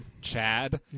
Chad